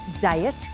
diet